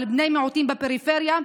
על בני מיעוטים בפריפריה,